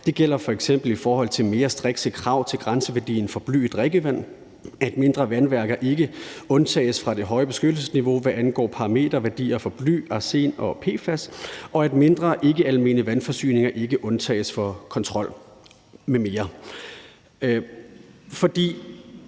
Det gælder f.eks. i forhold til mere strikse krav til grænseværdien for bly i drikkevand, at mindre vandværker ikke undtages fra det høje beskyttelsesniveau, hvad angår parameterværdier for bly, arsen og PFAS, og at mindre ikkealmene vandforsyninger ikke undtages for kontrol m.m.